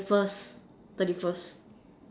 thirty first thirty first